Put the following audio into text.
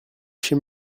chez